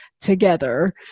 together –